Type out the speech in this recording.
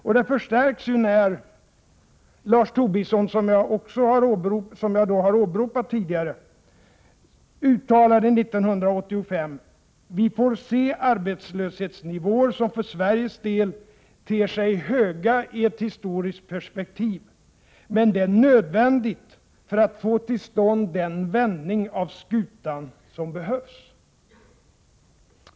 Och den förstärks när Lars Tobisson, som jag har åberopat tidigare, uttalar som han gjorde 1985: Vi får se arbetslöshetssiffror som för Sveriges del ter sig höga i ett historiskt perspektiv, men det är nödvändigt för att få till stånd den vändning av skutan som behövs.